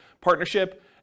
partnership